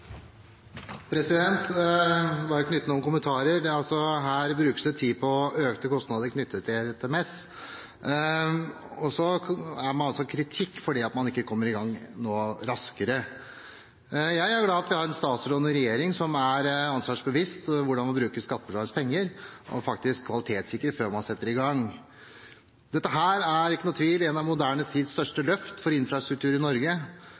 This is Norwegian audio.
det kritikk fordi man ikke kommer i gang raskere. Jeg er glad for at vi har en statsråd og en regjering som er seg sitt ansvar bevisst når det kommer til hvordan man bruker skattebetalernes penger og faktisk kvalitetssikrer før man setter i gang. Det er ikke noen tvil: Dette er et av vår moderne tids største løft for infrastruktur i Norge,